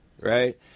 right